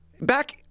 Back